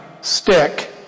stick